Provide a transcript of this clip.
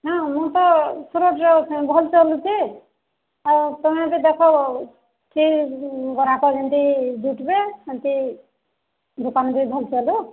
ହଁ ମୁଁ ତ ଭଲ ଚାଲୁଛି ଆଉ ତୁମେ ଦେଖ କିଏ ଗରାଖ ଯେମିତି ଜୁଟିବେ ସେମିତି ଦୋକାନ ବି ଭଲ ଚାଲିବ